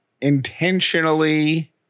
intentionally